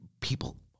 People